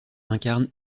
incarne